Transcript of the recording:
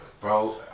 bro